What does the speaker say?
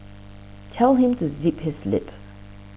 tell him to zip his lip